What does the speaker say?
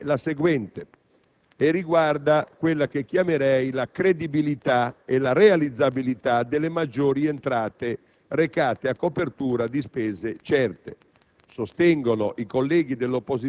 La prima osservazione riguarda quella che chiamerei la credibilità e la realizzabilità delle maggiori entrate recate a copertura di spese certe.